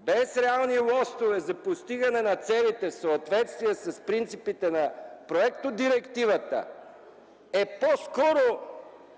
без реални лостове за постигане на целите в съответствие с принципите на проектодирективата, е по-скоро